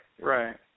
right